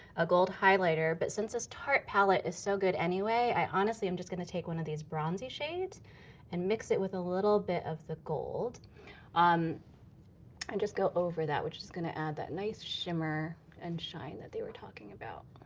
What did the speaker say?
a gold highlighter, but since this tarte palette is so good anyway, i honestly am just gonna take one of these bronzey shades and mix it with a little bit of the gold um and just go over that, which is gonna add that nice shimmer and shine that they were talking about.